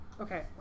okay